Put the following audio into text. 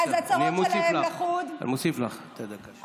בבקשה, אני מוסיף לך את הדקה שלך.